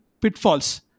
pitfalls